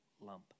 lump